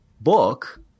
book